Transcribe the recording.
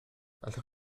allwch